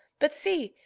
but see,